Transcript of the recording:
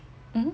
hmm